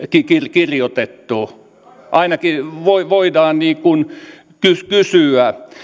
kirjoitettu ainakin voidaan näin kysyä